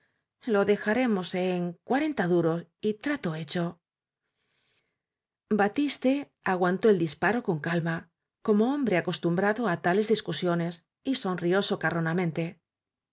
o dejaremos en cuarenta duros y trato hecho batiste aguantó el disparo con calma como hombre acostumbrado átales discusiones y sonrió